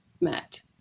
met